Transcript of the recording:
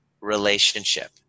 relationship